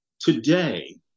Today